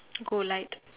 go light